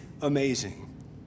amazing